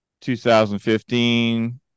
2015